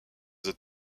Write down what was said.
the